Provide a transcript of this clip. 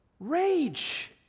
rage